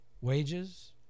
wages